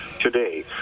today